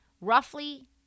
roughly